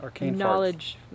knowledge